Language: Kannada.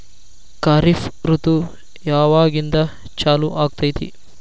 ಖಾರಿಫ್ ಋತು ಯಾವಾಗಿಂದ ಚಾಲು ಆಗ್ತೈತಿ?